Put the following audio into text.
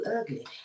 ugly